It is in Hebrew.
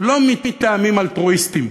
לא מטעמים אלטרואיסטים,